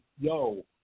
yo